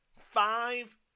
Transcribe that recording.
Five